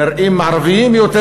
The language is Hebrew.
נראים מערביים יותר,